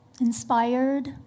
Inspired